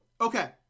okay